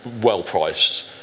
well-priced